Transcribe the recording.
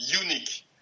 unique